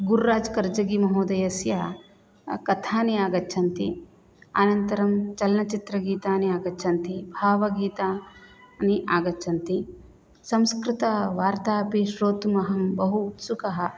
गुर्राजकर्जगीमहोदयस्य कथानि आगच्छन्ति अनन्तरं चलनचित्रगीतानि आगच्छन्ति भावगीतानि आगच्छन्ति संस्कृतवार्ता अपि श्रोतुम् अहं बहु उत्सुकः